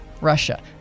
Russia